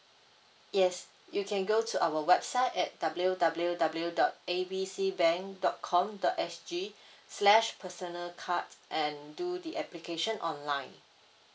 yes you can go to our website at W W W dot A B C bank dot com dot S G slash personal card and do the application online